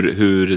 hur